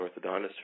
orthodontist